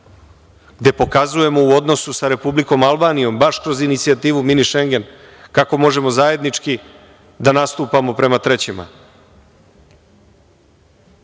gde pokazujemo u odnosu sa Republikom Albanijom, baš kroz inicijativu mini Šengen, kako možemo zajednički da nastupamo prema trećima,